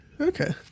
Okay